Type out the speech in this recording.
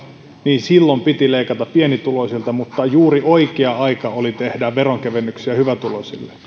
niin silloin piti leikata pienituloisilta mutta juuri oikea aika oli tehdä veronkevennyksiä hyvätuloisille